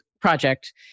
project